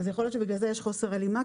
ייתכן שבגלל זה יש חוסר הלימה.